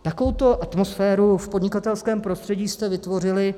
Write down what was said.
Takovouto atmosféru v podnikatelském prostředí jste vytvořili.